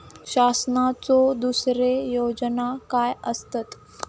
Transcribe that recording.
शासनाचो दुसरे योजना काय आसतत?